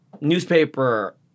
newspaper